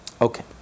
Okay